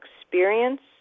experience